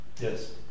Yes